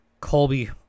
Colby